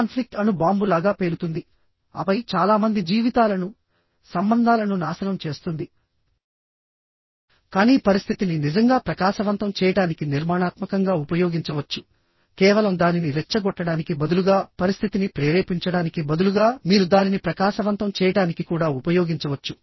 conflict అణు bomb లాగా పేలుతుంది ఆపై చాలా మంది జీవితాలను సంబంధాలను నాశనం చేస్తుందికానీ పరిస్థితిని నిజంగా ప్రకాశవంతం చేయడానికి నిర్మాణాత్మకంగా ఉపయోగించవచ్చు కేవలం దానిని రెచ్చగొట్టడానికి బదులుగా పరిస్థితిని ప్రేరేపించడానికి బదులుగా మీరు దానిని ప్రకాశవంతం చేయడానికి కూడా ఉపయోగించవచ్చు